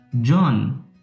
John